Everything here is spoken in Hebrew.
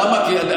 למה?